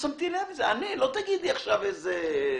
יש טלפון, לא משנה שזה חרטה ברטה.